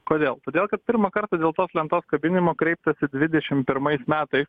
kodėl todėl kad pirmą kartą dėl tos lentos kabinimo kreiptasi dvidešimt pirmais metais